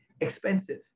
expensive